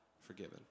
forgiven